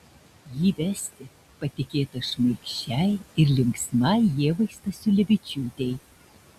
jį vesti patikėta šmaikščiai ir linksmai ievai stasiulevičiūtei